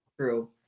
true